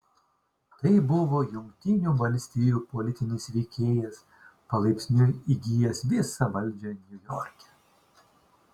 tai buvo jungtinių valstijų politinis veikėjas palaipsniui įgijęs visą valdžią niujorke